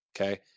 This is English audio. okay